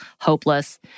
hopeless